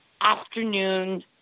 afternoon